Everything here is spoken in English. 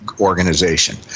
organization